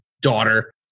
daughter